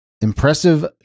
impressive